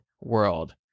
world